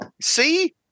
See